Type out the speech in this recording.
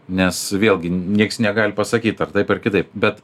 nes vėlgi nieks negali pasakyt ar taip ar kitaip bet